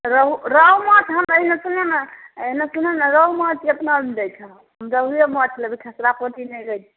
रेहू रेहू माछ हम लेबै एनऽ सुनऽ ने रेहू माछ कतनामे दै छहक रेहुए माछ लेबै खसरा पोठी नहि लै छिए